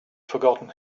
forgotten